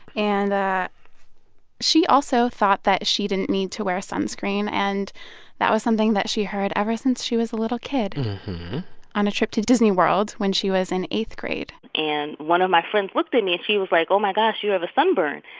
and she also thought that she didn't need to wear sunscreen. and that was something that she heard ever since she was a little kid on a trip to disney world when she was in eighth grade and one of my friends looked at me. and she was like, oh, my gosh. you have a sunburn.